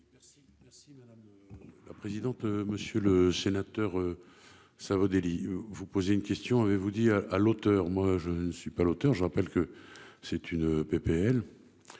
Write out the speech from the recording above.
merci madame. La présidente, monsieur le sénateur. Ça veut lits vous poser une question, avez-vous dit à l'auteur. Moi je ne suis pas l'auteur. Je rappelle que c'est une PPL.